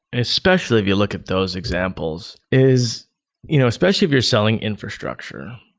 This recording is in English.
especially if you look at those examples, is you know especially if you're selling infrastructure,